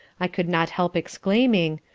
i could not help exclaiming.